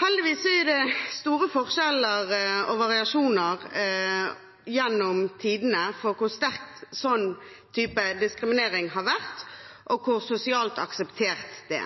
Heldigvis er det store forskjeller og variasjoner gjennom tidene med hensyn til hvor sterk en sånn type diskriminering har vært, og hvor sosialt akseptert det